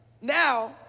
now